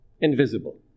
invisible